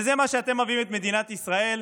וזה מה שאתם מביאים את מדינת ישראל,